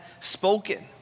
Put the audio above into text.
spoken